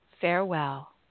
farewell